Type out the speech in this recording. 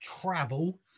travel